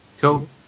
Cool